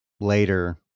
later